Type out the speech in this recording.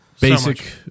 Basic